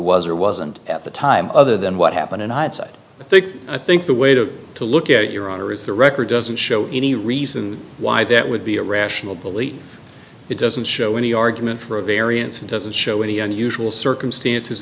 or wasn't at the time other than what happened and i think i think the way to to look at your honor is the record doesn't show any reason why that would be a rational belief it doesn't show any argument for a variance and doesn't show any unusual circumstances